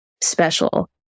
special